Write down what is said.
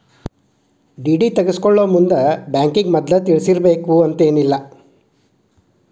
DD ತಗ್ಸ್ಕೊಳೊಮುಂದ್ ಬ್ಯಾಂಕಿಗೆ ಮದ್ಲ ತಿಳಿಸಿರ್ಬೆಕಂತೇನಿಲ್ಲಾ